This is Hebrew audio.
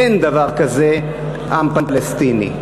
אין דבר כזה עם פלסטיני.